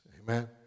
Amen